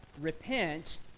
Repent